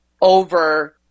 over –